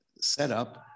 setup